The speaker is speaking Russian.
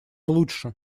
лучше